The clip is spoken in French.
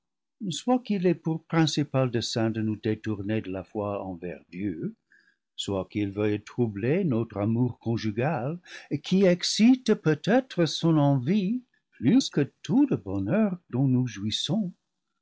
soit qu'il ait pour principal dessein de nous détourner de la foi envers dieu soit qu'il veuille troubler notre amour conjugal qui excite peut-être son envie plus que tout le bonheur dont nous jouissons